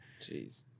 Jeez